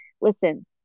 listen